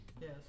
Yes